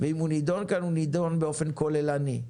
ואם הוא נדון כאן, הוא נדון באופן כוללני.